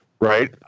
right